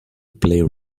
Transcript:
play